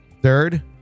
Third